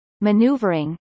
maneuvering